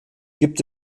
gibt